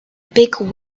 big